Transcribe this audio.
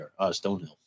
Stonehill